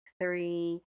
three